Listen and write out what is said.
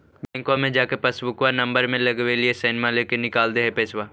बैंकवा मे जा के पासबुकवा नम्बर मे लगवहिऐ सैनवा लेके निकाल दे है पैसवा?